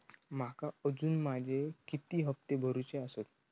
माका अजून माझे किती हप्ते भरूचे आसत?